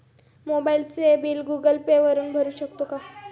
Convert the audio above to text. मोबाइलचे bill Google Pay वापरून भरू शकतो का?